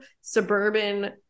suburban